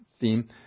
theme